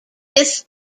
this